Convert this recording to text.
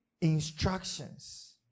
instructions